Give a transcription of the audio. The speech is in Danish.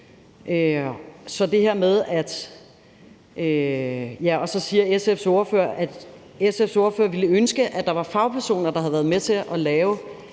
hinanden om det. Og så siger SF's ordfører, at hun ville ønske, der var fagpersoner, der havde været med til at lave